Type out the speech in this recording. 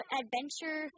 adventure